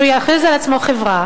שהוא יכריז על עצמו חברה,